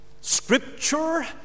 Scripture